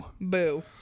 boo